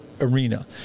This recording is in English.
arena